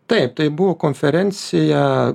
taip tai buvo konferencija